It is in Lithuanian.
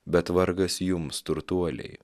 bet vargas jums turtuoliai